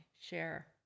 share